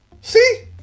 See